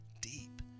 deep